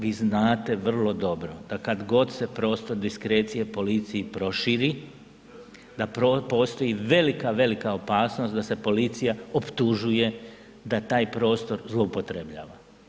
Vi znate vrlo dobro da kad god se prostor diskrecije policiji proširi, da postoji velika, velika opasnost da se policija optužuje da taj prostor zloupotrebljava.